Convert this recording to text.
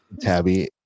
Tabby